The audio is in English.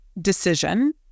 decision